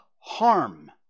harm